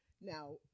Now